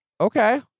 Okay